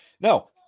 No